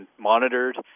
monitored